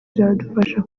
bizadufasha